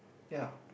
ya